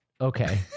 okay